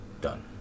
Done